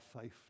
faith